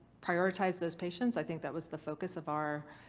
prioritize those patients. i think that was the focus of our